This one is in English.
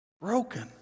Broken